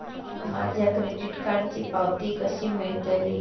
माझ्या क्रेडीट कार्डची पावती कशी मिळतली?